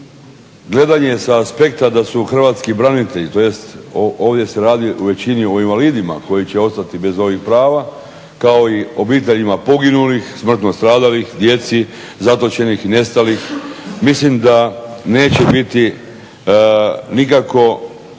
gledanje sa aspekta da su hrvatski branitelji, tj. ovdje se radi u većini o invalidima koji će ostati bez ovih prava kao i obiteljima poginulih, smrtno stradalih, djeci zatočenih i nestalih mislim da neće biti nikako